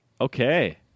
Okay